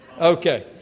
Okay